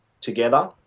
together